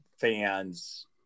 fans